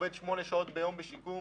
עובד שמונה שעות ביום בשיקום